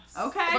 Okay